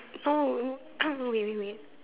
oh no oh wait wait wait